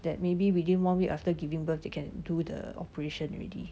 that maybe within one week after giving birth they can do the operation already